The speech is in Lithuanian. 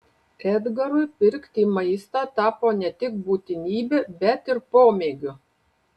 edgarui pirkti maistą tapo ne tik būtinybe bet ir pomėgiu